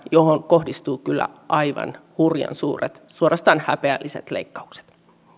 johon kohdistuvat kyllä aivan hurjan suuret suorastaan häpeälliset leikkaukset